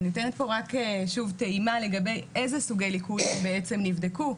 אני נותנת פה רק שוב טעימה לגבי איזה סוגי ליקויים בעצם נבדקו,